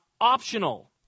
optional